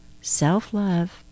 self-love